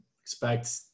expect